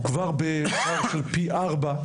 אנחנו כבר בפער של פי ארבע,